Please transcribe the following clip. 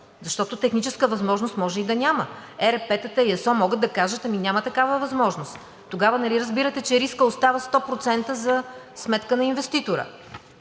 защото техническа възможност може и да няма. ЕРП-тата и ЕСО могат да кажат – ами няма такава възможност. Тогава нали разбирате, че рискът остава 100% за сметка на инвеститора.